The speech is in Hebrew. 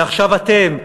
ועכשיו אתם,